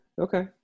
Okay